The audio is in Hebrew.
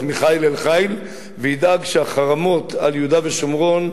מחיל אל חיל וידאג שהחרמות על יהודה ושומרון,